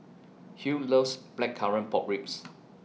Hughes loves Blackcurrant Pork Ribs